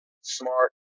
smart